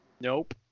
nope